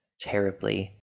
terribly